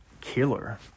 killer